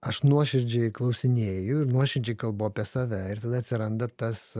aš nuoširdžiai klausinėju ir nuoširdžiai kalbu apie save ir tada atsiranda tas